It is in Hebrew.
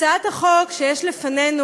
הצעת החוק שיש לפנינו,